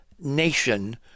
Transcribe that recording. nation